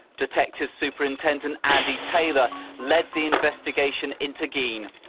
detective superintendent andy taylor led the investigation into geen.